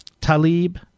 Talib